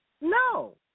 No